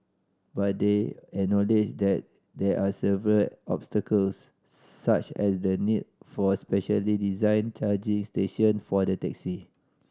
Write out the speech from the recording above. but they acknowledged that there are several obstacles such as the need for specially designed charging station for the taxi